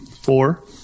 four